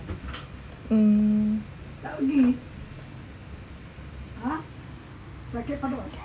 mm mm